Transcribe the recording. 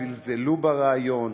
זלזלו ברעיון,